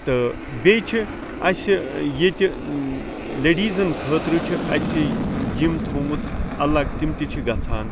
تہٕ بیٚیہِ چھُ اَسہِ ییٚتہِ لیڈیٖزَن خٲطرٕ چھِ اَسہِ جِم تھومُت اَلَگ تِم تہِ چھِ گَژھان